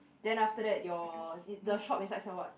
then after that your the shop is outside what